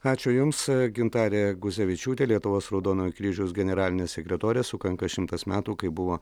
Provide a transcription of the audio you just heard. ačiū jums gintarė guzevičiūtė lietuvos raudonojo kryžiaus generalinė sekretorė sukanka šimtas metų kai buvo